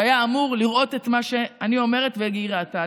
שהיה אמור לראות את מה שאני אומרת והיא ראתה.